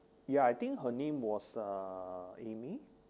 ya I think her name was uh amy